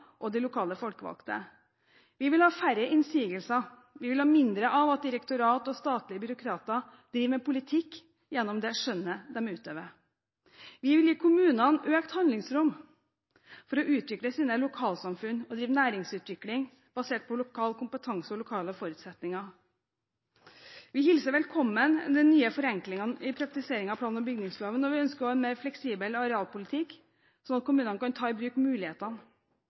og de lokalt folkevalgte. Vi vil ha færre innsigelser, og vi vil ha mindre av at direktorat og statlige byråkrater driver med politikk gjennom det skjønnet de utøver. Vi vil gi kommunene økt handlingsrom for å utvikle sine lokalsamfunn og drive næringsutvikling basert på lokal kompetanse og lokale forutsetninger. Vi hilser velkommen de nye forenklingene av praktiseringen av plan- og bygningsloven, og vi ønsker å ha mer fleksibel arealpolitikk, slik at kommunene kan ta i bruk mulighetene.